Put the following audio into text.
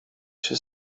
się